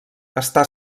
està